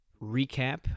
recap